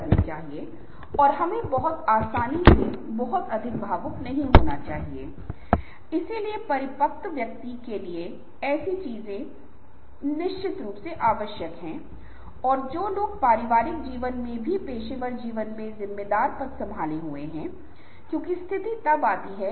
ये सबसे महत्वपूर्ण और जरूरी हैं एक धुरी में आप अत्यावश्यक और गैर जरूरी लेते हैं एक और धुरी मे आप लेते हैं महत्वपूर्ण और गैर महत्वपूर्ण लेते हैं जैसे चार बिक्री आपको मिल रही है सबसे महत्वपूर्ण बिक्री उन नौकरियों के साथ है जो आपके लिए महत्वपूर्ण और जरूरी हैं दूसरे इतने महत्वपूर्ण नहीं हैं